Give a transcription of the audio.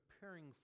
preparing